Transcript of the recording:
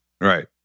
Right